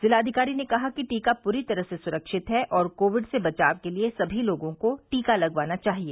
जिलाधिकारी ने कहा कि टीका पूरी तरह से सुरक्षित है और कोविड से बचाव के लिये सभी लोगों को टीका लगवाना चाहिए